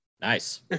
Nice